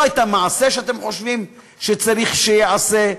ולא את המעשה שאתם חושבים שצריך שייעשה.